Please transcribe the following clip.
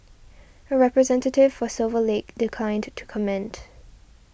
a representative for Silver Lake declined to comment